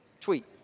Tweet